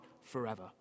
forever